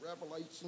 Revelation